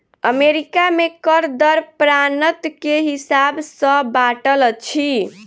America में कर दर प्रान्त के हिसाब सॅ बाँटल अछि